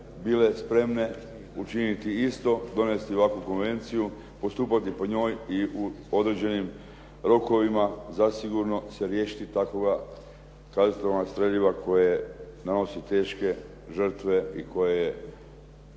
bile spremne učiniti isto, donesti ovakvu konvenciju, postupati po njoj i u određenim rokovima zasigurno se riješiti kazetnog streljiva koje nanosi teške žrtve i koje je